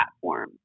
platform